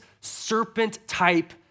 serpent-type